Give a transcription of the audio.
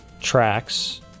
tracks